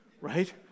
right